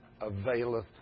availeth